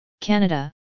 Canada